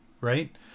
Right